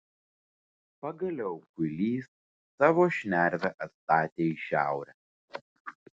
pagaliau kuilys savo šnervę atstatė į šiaurę